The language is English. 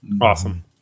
Awesome